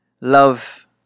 Love